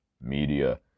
media